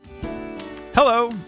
Hello